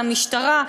מהמשטרה.